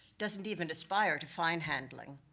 doesn't even aspire to fine handling.